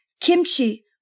kimchi